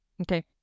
Okay